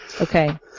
Okay